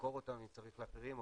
למכור אותם אם צריך לאחרים,